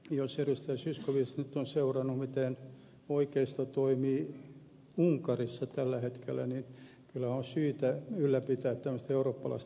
zyskowicz nyt on seurannut miten oikeisto toimii unkarissa tällä hetkellä niin kyllä on syytä ylläpitää eurooppalaista ihmisoikeuskeskustelua